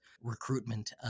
recruitment